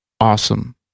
awesome